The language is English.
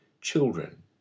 children